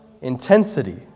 intensity